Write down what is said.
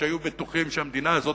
שהיו בטוחים שהמדינה הזאת,